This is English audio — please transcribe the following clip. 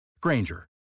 Granger